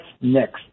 next